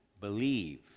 believe